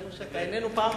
ראינו שאתה אינך,